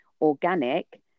organic